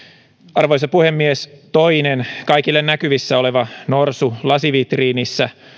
arvoisa puhemies toinen kaikille näkyvissä oleva norsu lasivitriinissä